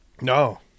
No